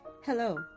Hello